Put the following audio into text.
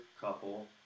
couple